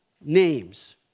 names